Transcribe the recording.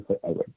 forever